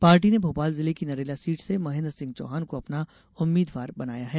party ने भोपाल जिले की नरेला सीट से महेन्द्र सिंह चौहान को अपना उम्मीद्वार बनाया है